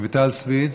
רויטל סויד,